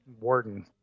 warden